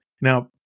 Now